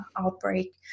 outbreak